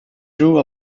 drew